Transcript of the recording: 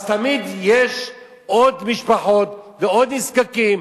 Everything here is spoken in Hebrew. אז תמיד יש עוד משפחות, ועוד נזקקים,